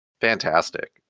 fantastic